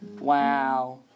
wow